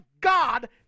god